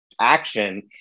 action